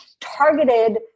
targeted